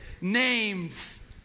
name's